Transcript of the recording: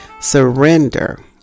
Surrender